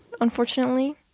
unfortunately